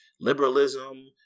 liberalism